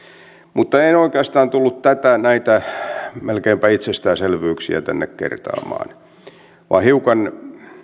mutta en oikeastaan tullut näitä melkeinpä itsestäänselvyyksiä tänne kertaamaan vaan hiukan